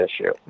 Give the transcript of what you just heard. issue